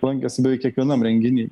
lankėsi beveik kiekvienam renginy